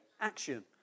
action